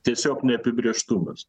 tiesiog neapibrėžtumas